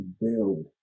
build